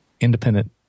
independent